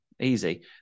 easy